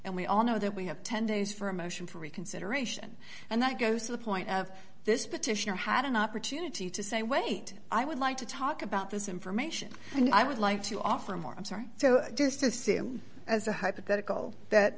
and we all know that we have ten days for a motion for reconsideration and that goes to the point of this petition or had an opportunity to say wait i would like to talk about this information and i would like to offer more i'm sorry so just assume as a hypothetical